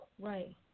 Right